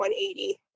180